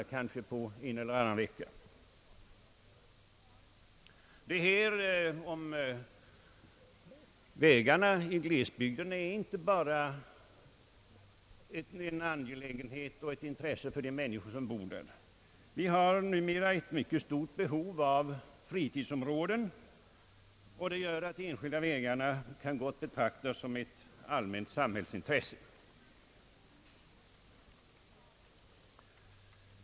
Framkomliga vägar i glesbygderna är inte bara en angelägenhet och ett intresse för de människor som bor där. Vi har numera ett mycket stort behov av fritidsområden, vilket gör att de enskilda vägarna gott kan betraktas som ett allmänt samhällsintresse.